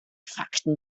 fakten